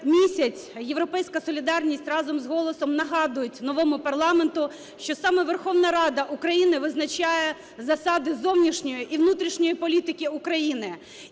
місяць "Європейська солідарність" разом з "Голосом" нагадують новому парламенту, що саме Верховна Рада України визначає засади зовнішньої і внутрішньої політики України.